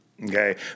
Okay